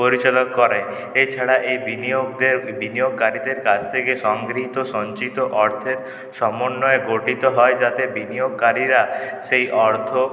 পরিচালন করে এছাড়া এই বিনিয়োগদের বিনিয়োগকারীদের কাছে থেকে সংগৃহীত সঞ্চিত অর্থের সমন্বয়ে গঠিত হয় যাতে বিনিয়োগকারীরা সেই অর্থ